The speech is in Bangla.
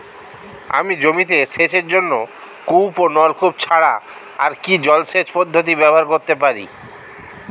আমি জমিতে সেচের জন্য কূপ ও নলকূপ ছাড়া আর কি জলসেচ পদ্ধতি ব্যবহার করতে পারি?